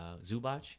Zubac